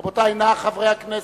רבותי, נא, חברי הכנסת.